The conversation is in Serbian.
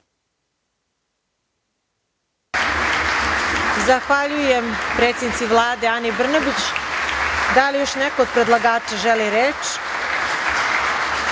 Zahvaljujem predsednici Vlade, Ani Brnabić. Da li još neko od predlagača želi reč?